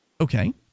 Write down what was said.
Okay